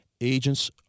Agents